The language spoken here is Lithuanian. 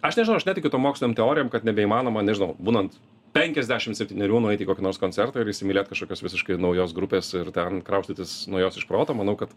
aš nežinau aš netikiu tom mokslinėm teorijom kad nebeįmanoma nežinau būnant penkiasdešim septynerių nueit į kokį nors koncertą ir įsimylėt kažkokios visiškai naujos grupės ir ten kraustytis nuo jos iš proto manau kad